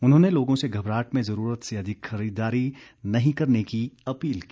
उन्होंने लोगों से घबराहट में जरूरत से अधिक खरीदारी नहीं करने की अपील की